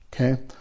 okay